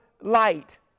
light